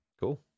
Cool